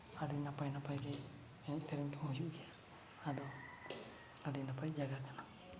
ᱟᱹᱰᱤ ᱱᱟᱯᱟᱭ ᱱᱟᱯᱟᱭᱜᱮ ᱮᱱᱮᱡ ᱥᱮᱨᱮᱧ ᱠᱚ ᱦᱩᱭᱩᱜ ᱜᱮᱭᱟ ᱟᱫᱚ ᱟᱹᱰᱤ ᱱᱟᱯᱟᱭ ᱡᱟᱭᱜᱟ ᱠᱟᱱᱟ